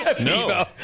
No